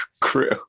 crew